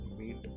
Meet